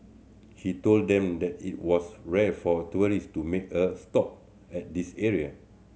he told them that it was rare for tourist to make a stop at this area